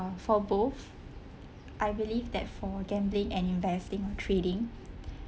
for both I believe that for gambling and investing or trading